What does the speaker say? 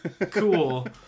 cool